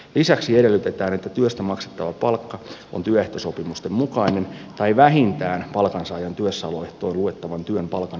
lisäksi edellytetään että työstä maksettava palkka on työehtosopimusten mukainen tai vähintään palkansaajan työssäoloehtoon luettavan työn palkan minimimäärä